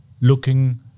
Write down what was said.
looking